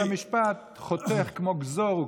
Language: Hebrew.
ובית המשפט חותך כמו "גְזֹרו",